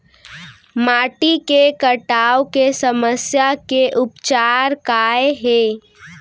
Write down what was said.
माटी के कटाव के समस्या के उपचार काय हे?